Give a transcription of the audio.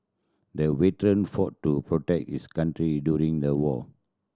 the veteran fought to protect his country during the war